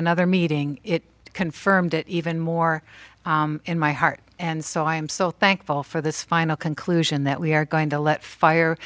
another meeting it confirmed it even more in my heart and so i am so thankful for this final conclusion that we are going to let fire